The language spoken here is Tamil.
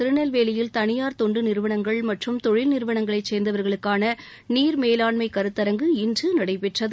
திருநெல்வேலியில் தனியார் தொண்டு நிறுவனங்கள் மற்றும் தொழில் நிறுவனங்களை சேர்ந்தவர்களுக்கான நீர் மேலாண்மை கருத்தரங்கு இன்று நடைபெற்றது